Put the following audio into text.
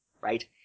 right